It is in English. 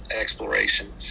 exploration